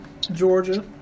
Georgia